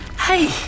hey